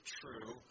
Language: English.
true